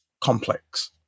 complex